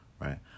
Right